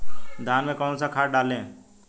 धान में कौन सा खाद डालें?